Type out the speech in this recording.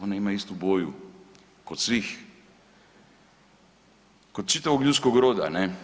Ona ima istu boju kod svih, kod čitavog ljudskog roda.